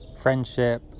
friendship